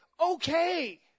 Okay